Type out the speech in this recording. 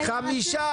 1 נגד,